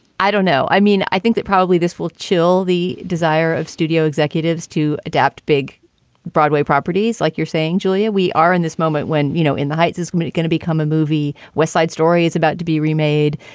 i don't know. i mean, i think that probably this will chill the desire of studio executives to adapt big broadway properties like you're saying. julia, we are in this moment when, you know, in the heights, is um it it going to become a movie? west side story is about to be remade.